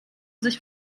sich